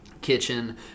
kitchen